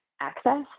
access